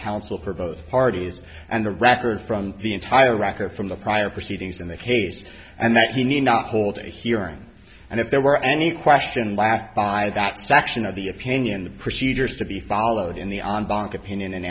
counsel for both parties and the record from the entire record from the prior proceedings in the case and that he need not hold a hearing and if there were any question last by that section of the opinion the procedures to be followed in the o